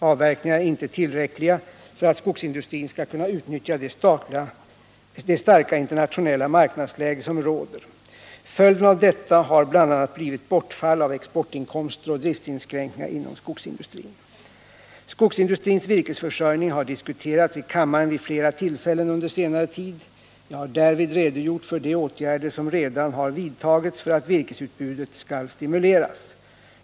Avverkningarna är inte tillräckliga för att skogsindustrin skall kunna utnyttja det starka internationella marknadsläge som råder. Följden av detta har bl.a. blivit bortfall av exportinkomster och driftinskränkningar inom skogsindustrin. Skogsindustrins virkesförsörjning har diskuterats i kammaren vid flera tillfällen under senare tid. Jag har därvid redogjort för de åtgärder som redan har vidtagits för att virkesutbudet skall stimuleras.